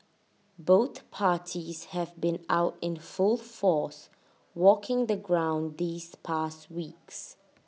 both parties have been out in full force walking the ground these past weeks